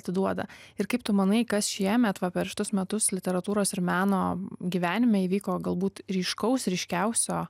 atiduoda ir kaip tu manai kas šiemet va per šitus metus literatūros ir meno gyvenime įvyko galbūt ryškaus ryškiausio